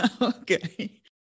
Okay